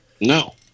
No